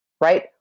Right